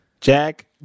Jack